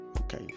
okay